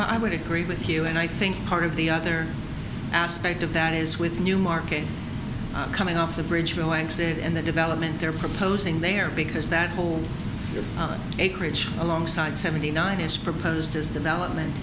i would agree with you and i think part of the other aspect of that is with newmarket coming off the bridge will exit and the development they're proposing there because that hold your acreage alongside seventy nine is proposed as development